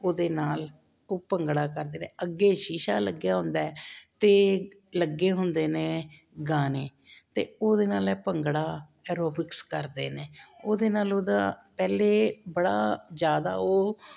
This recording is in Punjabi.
ਉਹਦੇ ਨਾਲ ਉਹ ਭੰਗੜਾ ਕਰਦੇ ਨੇ ਅੱਗੇ ਸ਼ੀਸ਼ਾ ਲੱਗਿਆ ਹੁੰਦਾ ਅਤੇ ਲੱਗੇ ਹੁੰਦੇ ਨੇ ਗਾਣੇ ਅਤੇ ਉਹਦੇ ਨਾਲ ਭੰਗੜਾ ਐਰੋਬਿਕਸ ਕਰਦੇ ਨੇ ਉਹਦੇ ਨਾਲ ਉਹਦਾ ਪਹਿਲੇ ਬੜਾ ਜ਼ਿਆਦਾ ਉਹ